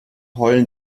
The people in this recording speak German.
heulen